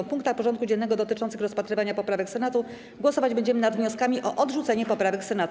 W punktach porządku dziennego dotyczących rozpatrywania poprawek Senatu głosować będziemy nad wnioskami o odrzucenie poprawek Senatu.